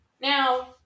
Now